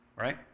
right